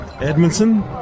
Edmondson